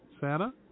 Santa